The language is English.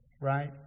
Right